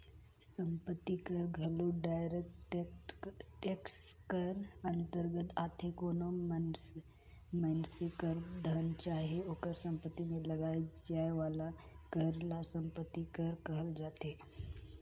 संपत्ति कर घलो डायरेक्ट टेक्स कर अंतरगत आथे कोनो मइनसे कर धन चाहे ओकर सम्पति में लगाए जाए वाला कर ल सम्पति कर कहल जाथे